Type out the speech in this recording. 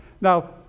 Now